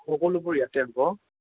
সকলোবোৰ ইয়াতে হ'ব